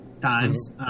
times